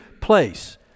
place